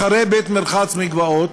אחרי "בתי-מרחץ ומקוואות"